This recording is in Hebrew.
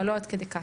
אבל לא עד כדי כך.